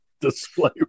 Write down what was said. display